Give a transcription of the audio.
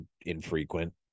infrequent